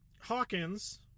Hawkins